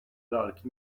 lalki